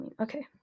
Okay